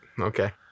Okay